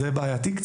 זה בעייתי,